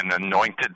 anointed